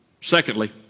Secondly